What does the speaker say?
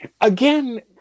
again